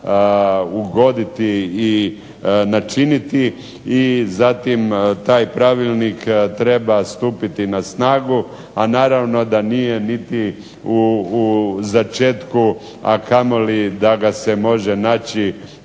ugoditi i načiniti i zatim taj pravilnik treba stupiti na snagu, a naravno da nije niti u začetku, a kamoli da ga se može naći